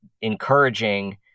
encouraging